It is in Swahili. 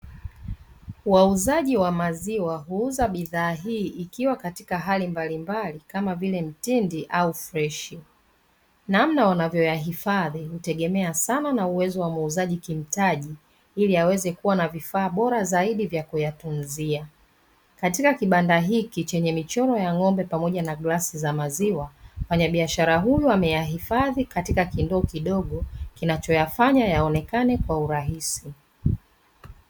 Wauzaji wa maziwa huuza bidhaa hii ikiwa katika hali mbalimbali kama vile mtindi au freshi. Namna wanavyo yahifadhi hutegemea sana na uwezo wa muuzaji kimtaji ili aweze kuwa na vifaa bora zaidi vya kuyatunzia. Katika kibanda hiki chenye michoro ya ng'ombe pamoja na glasi za maziwa, mfanyabiashara huyu ameyahifadhi katika kindoo kinachoyafanya yaonekane kwa urahisi.